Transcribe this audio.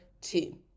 two